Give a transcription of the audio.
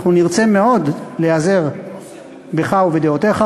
אנחנו נרצה מאוד להיעזר בך ובדעותיך,